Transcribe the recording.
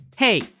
Hey